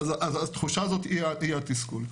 התחושה הזאת היא התסכול.